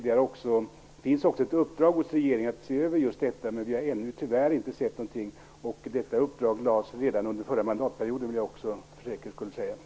Det finns ett uppdrag till regeringen att se över detta. Vi har tyvärr ännu inte sett något resultat av det. Jag vill för säkerhets skull säga att detta uppdrag gavs redan under den förra mandatperioden.